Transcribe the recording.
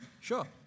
Sure